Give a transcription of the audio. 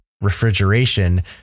refrigeration